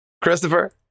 Christopher